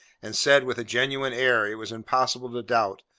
and said, with a genuine air it was impossible to doubt,